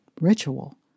ritual